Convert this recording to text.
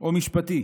או משפטי.